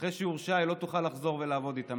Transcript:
אחרי שהיא תורשע, היא לא תוכל לחזור ולעבוד איתם.